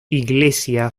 iglesia